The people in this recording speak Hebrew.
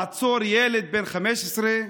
לעצור ילד בן 15,